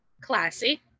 Classy